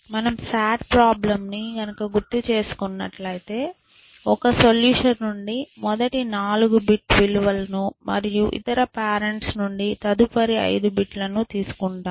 మనము SAT problem ని గనక గుర్తుచేసుకున్నట్లైతే ఒక సొల్యూషన్ నుండి మొదటి 4 బిట్ విలువలను మరియు ఇతర పేరెంట్ నుండి తదుపరి 5 బిట్లను తీసుకుంటాము